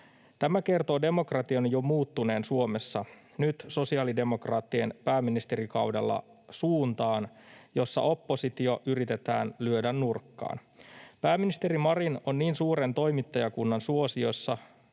Tämä kertoo demokratian jo muuttuneen Suomessa nyt sosiaalidemokraattien pääministerikaudella suuntaan, jossa oppositio yritetään lyödä nurkkaan. Pääministeri Marin on niin suuren toimittajakunnan suosiossa,